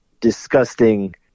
disgusting